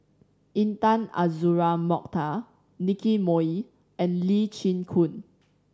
Intan Azura Mokhtar Nicky Moey and Lee Chin Koon